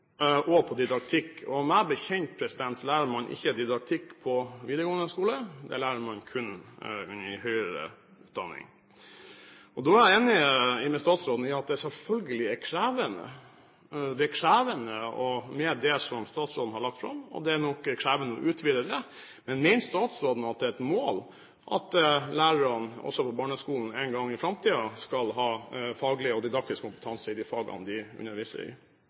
og i didaktikk. Meg bekjent lærer man ikke didaktikk på videregående skole, det lærer man kun i høyere utdanning. Da er jeg enig med statsråden i at det statsråden har lagt fram, selvfølgelig er krevende, og det er nok krevende å utvide det, men mener statsråden at det er et mål at lærerne også på barneskolen en gang i framtiden skal ha faglig og didaktisk kompetanse i de fagene de underviser i?